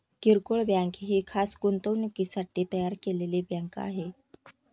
किरकोळ बँक ही खास गुंतवणुकीसाठी तयार केलेली बँक आहे